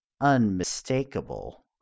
Unmistakable